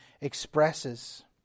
expresses